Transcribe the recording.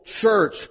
church